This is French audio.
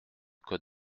code